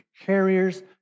carriers